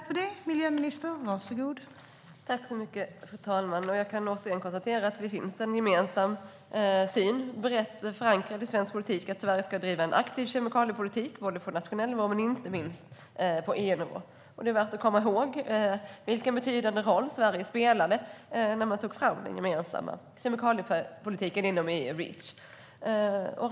Fru talman! Jag kan återigen konstatera att det finns en gemensam syn brett förankrad i svensk politik om att Sverige ska bedriva en aktiv kemikaliepolitik både på nationell nivå och, inte minst, på EU-nivå. Det är värt att komma ihåg vilken betydande roll Sverige spelade när man tog fram den gemensamma kemikaliepolitiken inom EU - Reach.